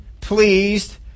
pleased